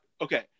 okay